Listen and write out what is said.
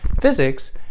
physics